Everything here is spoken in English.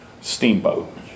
steamboat